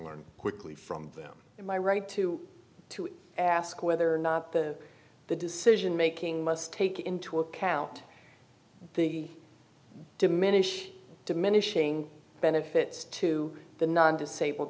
learn quickly from them in my right to to ask whether or not the the decision making must take into account diminish diminishing benefits to the non disabled